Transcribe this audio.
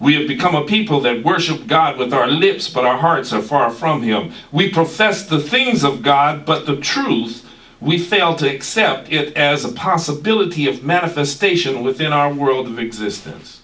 we become a people don't worship god with our lives but our hearts so far from him we profess the things of god but the truth we fail to accept as a possibility of manifestation within our world of existence